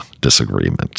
disagreement